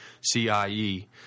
C-I-E